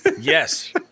Yes